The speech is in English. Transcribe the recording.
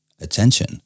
Attention